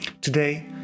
Today